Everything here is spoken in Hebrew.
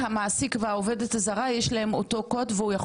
יכול להיכנס ולראות בעצם את העובדים שלו?